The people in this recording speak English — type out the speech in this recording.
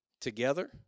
together